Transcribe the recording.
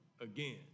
again